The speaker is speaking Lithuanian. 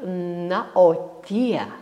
na o tie